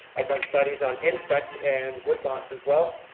i've done studies on insects and wood lots as well.